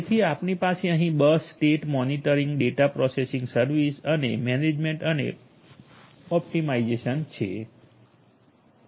તેથીઆપણી પાસે અહીં bus state monitoring data processing service અને મેનેજમેન્ટ અને ઓપ્ટિમાઇઝેશન છે